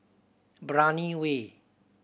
Brani Way